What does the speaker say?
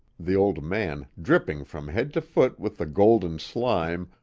the old man, dripping from head to foot with the golden slime,